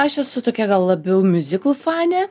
aš esu tokia gal labiau miuziklų fanė